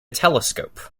telescope